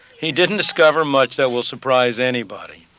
he didn't discover much that will surprise anybody.